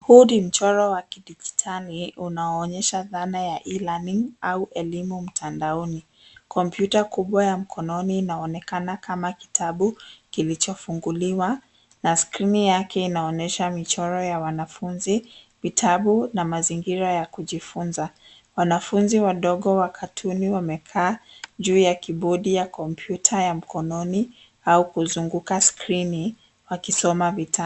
Huu ni mchoro wa kidijitali unaoonyesha dhana ya e-learning au elimu mtandaoni. Kompyuta kubwa ya mkononi inaonekana kama kitabu kilichofunguliwa na skrini yake inaonyesha michoro ya wanafunzi, vitabu na mazingira ya kujifunza. Wanafunzi wadogo wa katuni wamekaa juu ya kibodi ya kompyuta ya mkononi au kuzunguka skrini wakisoma vitabu.